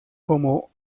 como